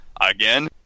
Again